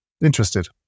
interested